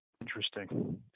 Interesting